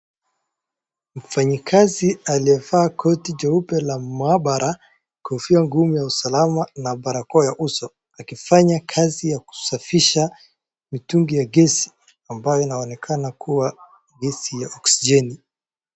Mfanyikazi aliyevaa koti jeupe la mahabara, kofia ngumu ya usalama na barakoa ya uso akifanya kazi ya kusafisha mitungi ya gesi ambayo inaonekana kuwa gesi ya oksijeni.